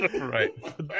Right